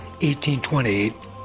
1828